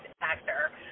actor